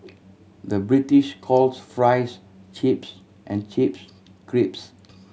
the British calls fries chips and chips crisps